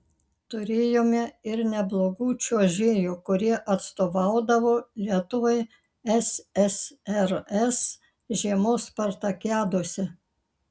turėjome ir neblogų čiuožėjų kurie atstovaudavo lietuvai ssrs žiemos spartakiadose